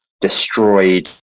destroyed